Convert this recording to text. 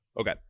Okay